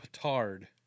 petard